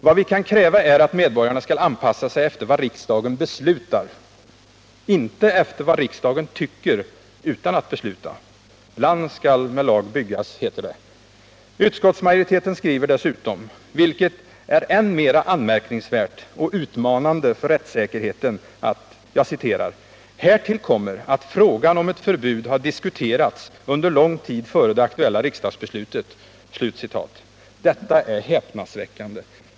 Vad vi kan kräva är att medborgarna skall anpassa sig efter vad riksdagen beslutar, inte efter vad riksdagen tycker utan att besluta. Land skall med lag byggas, heter det. Utskottsmajoriteten skriver dessutom — och detta är än mera anmärkningsvärt och utmanande för rättssäkerheten: ”Härtill kommer att frågan om ett förbud har diskuterats under lång tid före det aktuella riksdagsbeslutet.” Detta är häpnadsväckande!